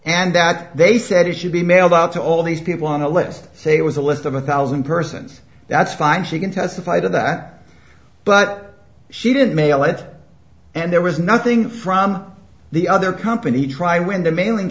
and that they said it should be mailed out to all these people on the list say it was a list of a thousand persons that's fine she can testify to that but she didn't mail it and there was nothing from the other company trying when the mai